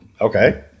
Okay